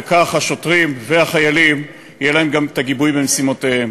וכך השוטרים והחיילים יהיה להם גם גיבוי במשימותיהם.